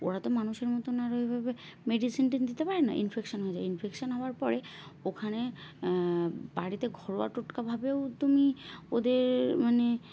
ওরা তো মানুষের মতন আর ওইভাবে মেডিসিন টিন দিতে পারে না ইনফেকশান হয়ে যায় ইনফেকশান হওয়ার পরে ওখানে বাড়িতে ঘরোয়া টোটকাভাবেও তুমি ওদের মানে